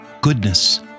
goodness